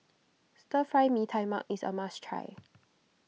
Stir Fry Mee Tai Mak is a must try